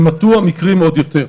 ימעטו המקרים עוד יותר.